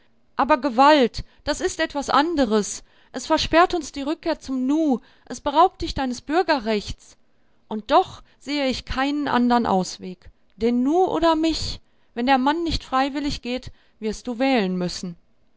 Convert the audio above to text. aber gewalt das ist etwas anderes es versperrt uns die rückkehr zum nu es beraubt dich deines bürgerrechts und doch sehe ich keinen andern ausweg den nu oder mich wenn der mann nicht freiwillig geht wirst du wählen müssen